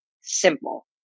simple